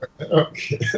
Okay